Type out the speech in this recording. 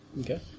Okay